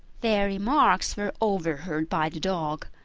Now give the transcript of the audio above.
their remarks were overheard by the dog,